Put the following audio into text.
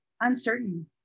uncertain